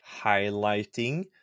highlighting